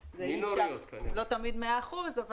זה לא תמיד 100%. אי הסכמות מינוריות.